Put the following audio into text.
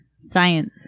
Science